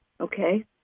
Okay